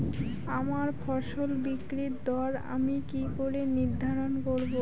আমার ফসল বিক্রির দর আমি কি করে নির্ধারন করব?